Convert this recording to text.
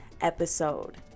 episode